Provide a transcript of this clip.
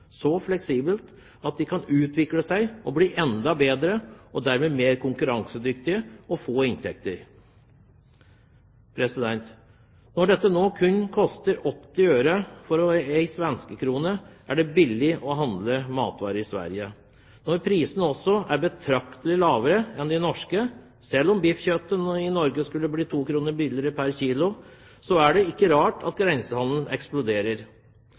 så fleksibelt at den kan utvikle seg og bli enda bedre og dermed mer konkurransedyktig og få inntekter. Når det nå kun koster 80 øre for en svensk krone, er det billig å handle matvarer i Sverige. Når prisene også er betraktelig lavere enn de norske, selv om biffkjøttet i Norge skulle bli 2 kr billigere pr. kg, er det ikke rart at grensehandelen eksploderer.